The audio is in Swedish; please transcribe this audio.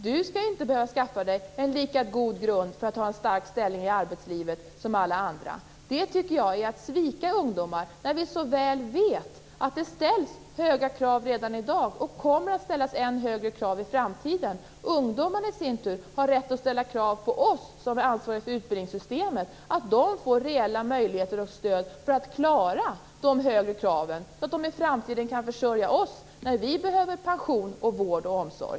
Du skall inte behöva skaffa dig en lika god grund för att ha en stark ställning i arbetslivet som alla andra. Det tycker jag vore att svika ungdomar, när vi så väl vet att det ställs höga krav redan i dag och kommer att ställas än högre krav i framtiden. Ungdomarna i sin tur har rätt att ställa krav på oss som är ansvariga för utbildningssystemet att de får reella möjligheter och stöd för att klara de högre kraven, så att de i framtiden kan försörja oss när vi behöver pension, vård och omsorg.